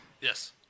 Yes